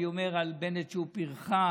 אני אומר על בנט שהוא פרחח,